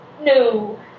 no